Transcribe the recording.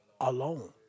alone